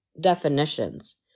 definitions